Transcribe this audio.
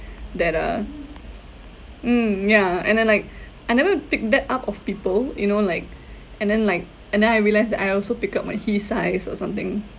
that uh mm yeah and then like I never pick that up of people you know like and then like and then I realised that I also pick up when he sighs or something